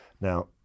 Now